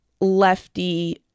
lefty